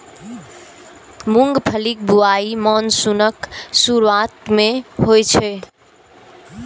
मूंगफलीक बुआई मानसूनक शुरुआते मे होइ छै